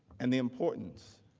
and the importance